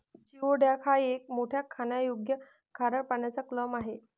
geoduck हा एक मोठा खाण्यायोग्य खारट पाण्याचा क्लॅम आहे